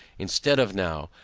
instead of now,